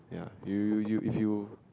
ya you you you if you